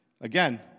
Again